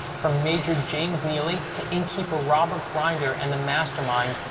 from major james neely, to innkeeper robert grinder, and the mastermind,